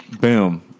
boom